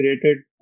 created